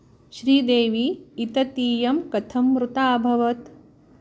श्रीदेवी इतीयं कथं मृता अभवत्